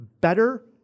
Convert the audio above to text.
better